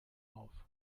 auf